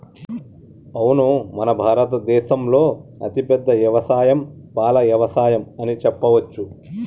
అవును మన భారత దేసంలో అతిపెద్ద యవసాయం పాల యవసాయం అని చెప్పవచ్చు